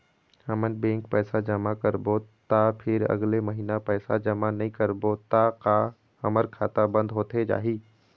हमन बैंक पैसा जमा करबो ता फिर अगले महीना पैसा जमा नई करबो ता का हमर खाता बंद होथे जाही?